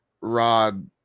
Rod